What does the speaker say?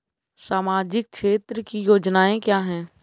सामाजिक क्षेत्र की योजनाएँ क्या हैं?